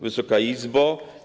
Wysoka Izbo!